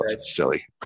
Silly